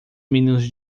meninos